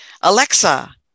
Alexa